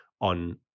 on